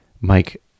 Mike